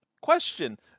Question